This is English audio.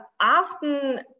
often